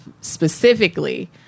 specifically